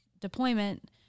deployment